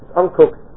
uncooked